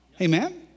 Amen